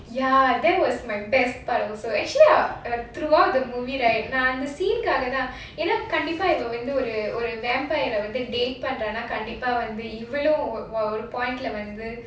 ya that was my best part also actually ah uh throughout the movie right நா வந்து அந்த:naan vanthu antha season காகதான் ஏன்னா கண்டிப்பா இவன் வந்து ஒரு:kaagathaan yaenaa kandippaa ivan vanthu oru vampire date பண்றனா கண்டிப்பா இவளும் ஒரு:pandranaa kandippaa ivalum oru point leh வந்து:vandhu